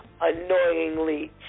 annoyingly